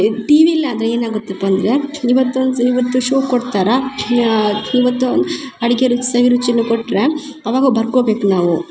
ಟಿವಿಲಿ ಆದರೆ ಏನಾಗುತ್ತಪ್ಪ ಅಂದರೆ ಇವತ್ತನ್ಸ ಇವತ್ತು ಶೋ ಕೊಡ್ತಾರೆ ಇವತ್ತು ಅಡ್ಗೆ ಸವಿರುಚಿನು ಕೊಟ್ಟರೆ ಅವಾಗ ಬರ್ಕೊ ಬೇಕು ನಾವು